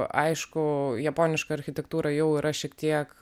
aišku japoniška architektūra jau yra šiek tiek